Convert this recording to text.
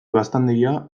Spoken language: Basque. gaztandegia